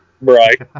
Right